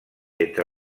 entre